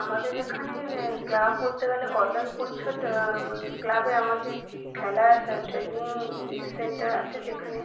আমাদের এখানের ক্লাব বলতে গেলে কল্যাণ পরিষৎ ক্লাবে আমাদের খেলার ট্রেনিং সেন্টার আছে যেখানে